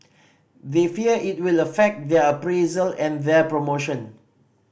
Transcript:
they fear it will affect their appraisal and their promotion